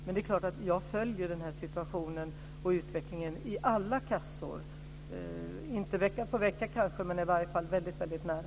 Men det är klart att jag följer den här situationen och utvecklingen i alla kassor, inte vecka för vecka kanske, men i varje fall väldigt nära.